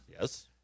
Yes